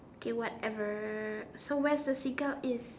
okay whatever so where's the Seagull is